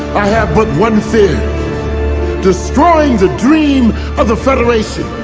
i have but one fear destroying the dream of the federation.